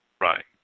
Right